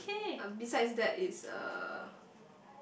uh besides that is uh